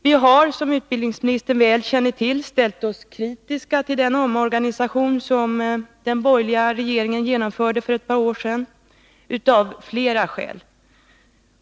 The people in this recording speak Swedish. / Vi har, som utbildningsministern väl känner till, ställt oss kritiska till den omorganisation som den borgerliga regeringen genomförde för ett par år sedan, av flera skäl.